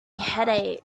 headaches